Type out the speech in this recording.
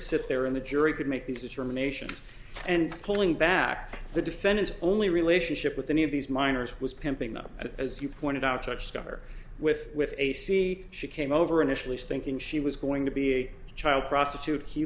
sit there in the jury could make these determinations and pulling back the defendant's only relationship with any of these miners was pimping up as you pointed out such stuff or with with a c she came over initially thinking she was going to be a child prostitute he